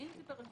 אם זה ברשלנות,